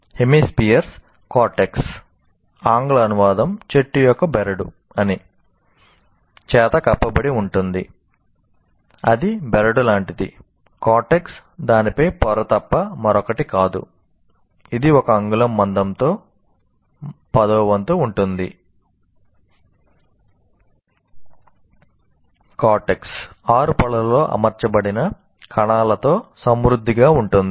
hemispheres cortex దాని పై పొర తప్ప మరొకటి కాదు ఇది ఒక అంగుళం మందంలో పదోవంతు ఉంటుంది